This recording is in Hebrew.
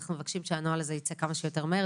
ואנחנו מבקשים שהנוהל הזה ייצא כמה שיותר מהר.